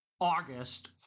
August